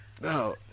No